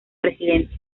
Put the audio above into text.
presidente